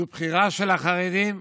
זו בחירה של החרדים.